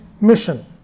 mission